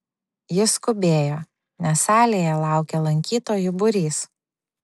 jis skubėjo nes salėje laukė lankytojų būrys